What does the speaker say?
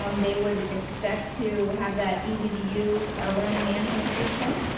um they would expect to have that easy to use ah learning management system,